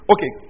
Okay